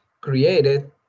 created